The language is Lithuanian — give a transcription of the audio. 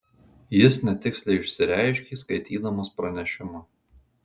jis netiksliai išsireiškė skaitydamas pranešimą